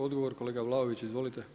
Odgovor kolega Vlaović, izvolite.